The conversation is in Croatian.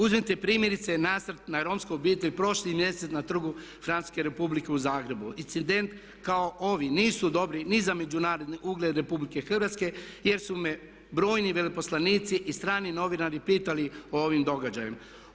Uzmite primjerice nasrt na Romsku obitelj prošli mjesec na Trgu Francuske Republike u Zagrebu, incident kao ovi nisu dobri ni za međunarodni ugled RH jer su me brojni veleposlanici i strani novinari pitali o ovim događajima.